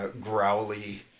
growly